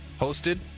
Hosted